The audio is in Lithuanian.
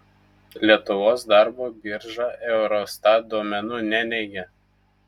lietuvos darbo birža eurostat duomenų neneigia